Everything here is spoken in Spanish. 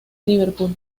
liverpool